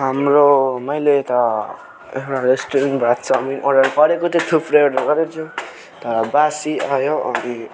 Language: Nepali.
हाम्रो मैले त एउटा रेस्टुरेन्टबाट चाउमिन अर्डर गरेको थिएँ थुप्रै अर्डर गरेको छु तर बासी आयो अनि